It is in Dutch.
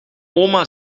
oma